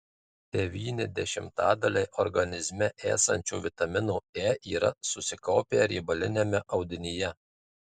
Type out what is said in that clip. devyni dešimtadaliai organizme esančio vitamino e yra susikaupę riebaliniame audinyje